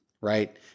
right